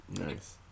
Nice